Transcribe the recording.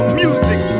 music